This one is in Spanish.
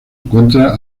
encuentra